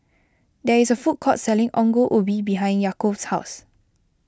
there is a food court selling Ongol Ubi behind Yaakov's house